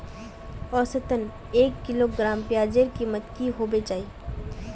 औसतन एक किलोग्राम प्याजेर कीमत की होबे चही?